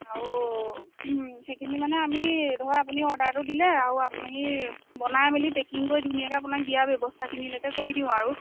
আৰু সেইখিনি মানে আমি ধৰক আপুনি অৰ্ডাৰটো দিলে আৰু আমি বনাই মেলি পেকিংকৈ ধুনীয়াকে আপোনাক দিয়া ব্যৱস্থাখিনিলেকে কৰি দিওঁ আৰু